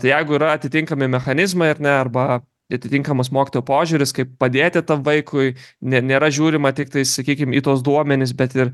tai jeigu yra atitinkami mechanizmai ar ne arba atitinkamas mokytojų požiūris kaip padėti vaikui ne nėra žiūrima tiktai sakykim į tuos duomenis bet ir